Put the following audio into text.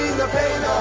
the pain,